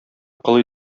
кол